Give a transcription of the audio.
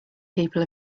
people